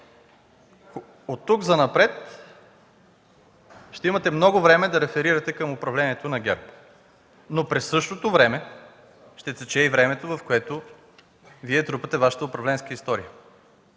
Оттук занапред ще имате много време да реферирате към управлението на ГЕРБ, но през същото време ще тече и времето, в което Вие трупате Вашата управленска история.